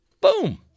Boom